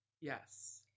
Yes